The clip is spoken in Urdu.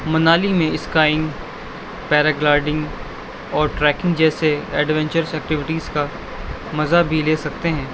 منالی میں اسکائنگ پیرا گلائیڈنگ اور ٹریکنگ جیسے ایڈوینچرس ایکٹیویٹیز کا مزہ بھی لے سکتے ہیں